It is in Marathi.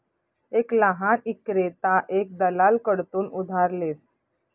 एक लहान ईक्रेता एक दलाल कडथून उधार लेस